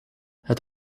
het